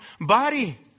body